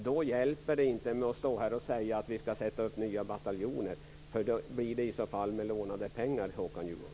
Då hjälper det inte att stå här och säga att vi ska sätta upp nya bataljoner. I så fall blir det med lånade pengar, Håkan Juholt.